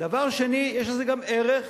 דבר שני, יש לזה גם ערך